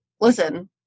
Listen